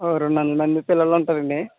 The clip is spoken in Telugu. ఒక రెండు వందల మంది పిల్లలు ఉంటారు అండి